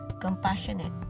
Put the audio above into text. compassionate